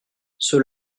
ceux